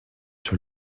sur